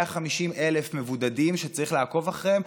150,000 מבודדים שצריך לעקוב אחריהם,